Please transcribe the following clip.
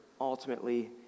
ultimately